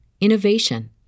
innovation